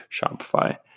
Shopify